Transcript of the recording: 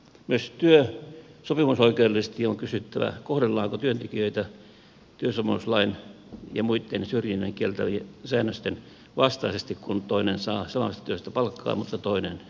myös työsopimusoikeudellisesti on kysyttävä kohdellaanko työntekijöitä työsopimuslain ja muitten syrjinnän kieltävien säännösten vastaisesti kun toinen saa samasta työstä palkkaa mutta toinen ei